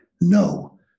no